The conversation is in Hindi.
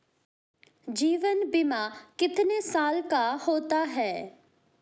जीवन बीमा कितने साल का होता है?